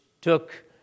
took